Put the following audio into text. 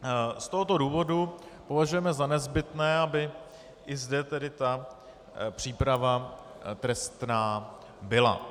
Z tohoto důvodu považujeme za nezbytné, aby i zde tedy ta příprava trestná byla.